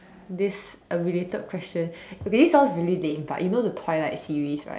this a related question okay this sounds really lame but you know the twilight series right